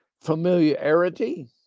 familiarity